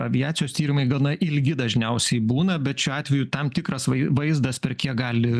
aviacijos tyrimai gana ilgi dažniausiai būna bet šiuo atveju tam tikras vai vaizdas per kiek gali